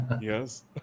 Yes